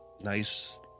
nice